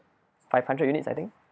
five hundred units I think